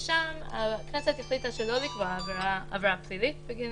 ושם הכנסת החליטה שלא לקבוע עבירה פלילית בגין